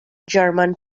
german